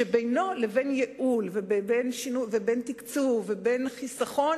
שבינו ובין ייעול ובין תקצוב ובין חיסכון